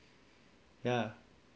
ya